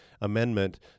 amendment